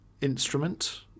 instrument